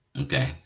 Okay